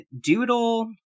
doodle